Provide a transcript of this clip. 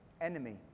enemy